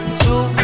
two